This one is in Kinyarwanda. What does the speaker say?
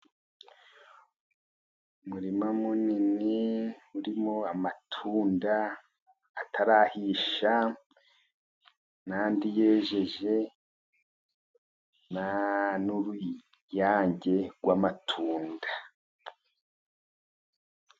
Umurima munini urimo amatunda atarahisha n'andi yeze, n'uruyange rw'amatunda.